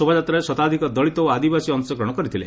ଶୋଭାଯାତ୍ରାରେ ଶତାଧ୍କ ଦଳିତ ଓ ଆଦିବାସୀ ଅଂଶଗ୍ରହଶ କରିଥିଲେ